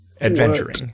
Adventuring